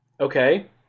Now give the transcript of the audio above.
Okay